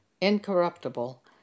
incorruptible